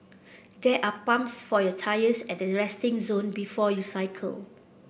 there are pumps for your tyres at the resting zone before you cycle